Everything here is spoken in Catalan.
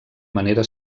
manera